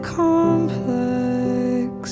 complex